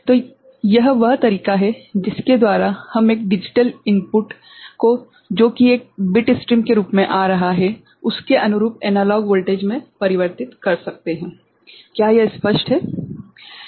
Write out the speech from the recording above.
तो यह वह तरीका है जिसके द्वारा हम एक डिजिटल इनपुट को जो की एक बिट स्ट्रीम के रूप में आ रहा है उसके अनुरूप एनालॉग वोल्टेज में परिवर्तित कर सकते हैं क्या यह स्पष्ट है ठीक है